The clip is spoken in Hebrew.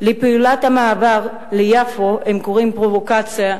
לפעולת המעבר ליפו הם קוראים "פרובוקציה",